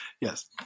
yes